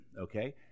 okay